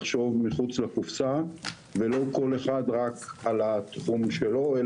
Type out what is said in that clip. לחשוב מחוץ לקופסה ולא כל אחד רק על התחום שלו,